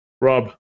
Rob